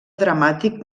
dramàtic